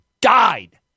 died